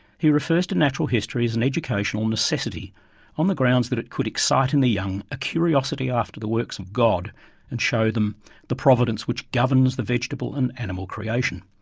he refers to natural history as an educational necessity on the grounds that it could excite in the young a curiosity after the works of god and show them the providence which governs the vegetable and animal creation.